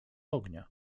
ognia